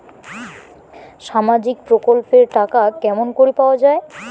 সামাজিক প্রকল্পের টাকা কেমন করি পাওয়া যায়?